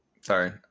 Sorry